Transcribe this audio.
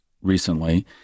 Recently